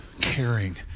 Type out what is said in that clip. caring